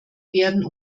werden